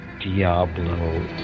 Diablo